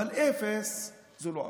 אבל אפס זו לא אפליה,